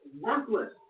Worthless